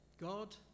God